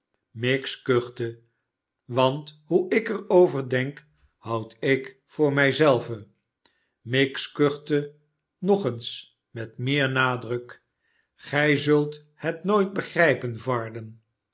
miggs kuchte want hoe ik er over denk houd ik voor mij zelve miggs kuchte nog eens met meer nadruk gij zult het nooit begrijpen varden